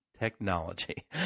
technology